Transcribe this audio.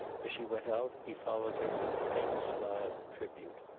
as she went out he followed her with a faint smile of tribute.